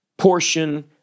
portion